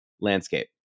landscape